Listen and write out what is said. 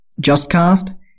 Justcast